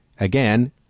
Again